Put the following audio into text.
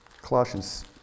Colossians